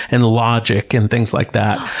and logic, and things like that.